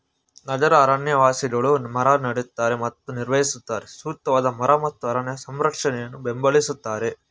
ನಗರ ಅರಣ್ಯವಾಸಿಗಳು ಮರ ನೆಡ್ತಾರೆ ಮತ್ತು ನಿರ್ವಹಿಸುತ್ತಾರೆ ಸೂಕ್ತವಾದ ಮರ ಮತ್ತು ಅರಣ್ಯ ಸಂರಕ್ಷಣೆಯನ್ನು ಬೆಂಬಲಿಸ್ತಾರೆ